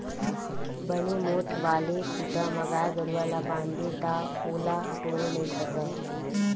बने मोठ्ठ वाले खूटा म गाय गरुवा ल बांधबे ता ओला टोरे नइ सकय